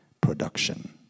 production